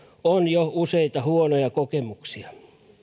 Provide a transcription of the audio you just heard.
on jo useita huonoja kokemuksia